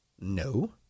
No